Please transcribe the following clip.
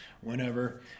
whenever